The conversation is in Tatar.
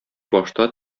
башта